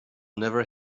never